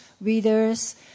readers